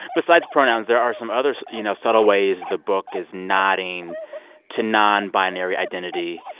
besides pronouns, there are some other, you know, subtle ways the book is nodding to nonbinary identity.